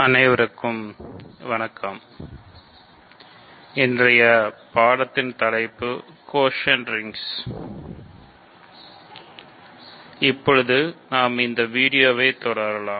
அனைவருக்கும் வணக்கம் இப்போது நாம் தொடரலாம்